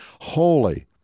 Holy